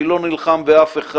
אני לא נלחם באף אחד,